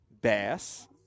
bass